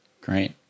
Great